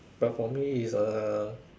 but for me is uh